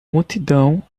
multidão